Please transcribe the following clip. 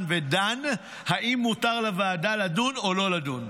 ודן אם מותר לוועדה לדון או לא לדון,